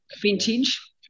Vintage